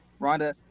Rhonda